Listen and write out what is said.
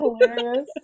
hilarious